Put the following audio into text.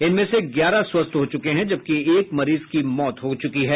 इनमें से ग्यारह स्वस्थ हो चुके हैं जबकि एक मरीज की मौत हो चुकी है